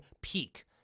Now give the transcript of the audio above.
peak